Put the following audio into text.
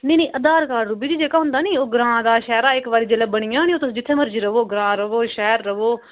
नेईं नेईं अधार कार्ड रुबी जी जेह्का होंदा निं ओह् ग्रांऽ दा शैह्रा दा जिसलै इक बारी बनी जा ओह् तुस जित्थै मर्जी र'वो ग्रां र'वो शैहऱ र'वो